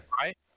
Right